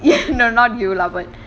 you know not you lah but